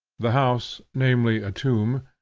the house, namely a tomb,